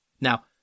Now